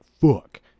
Fuck